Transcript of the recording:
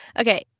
Okay